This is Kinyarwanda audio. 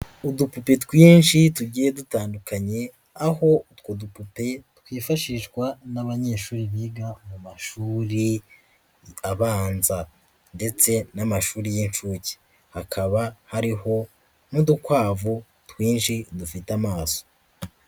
Udupupe twinshi tugiye dutandukanye, aho utwo dupupe twifashishwa n'abanyeshuri biga mu mashuri abanza ndetse n'amashuri y'inshuke. Hakaba hariho n'udukwavu twinshi, dufite amaso.